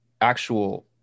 actual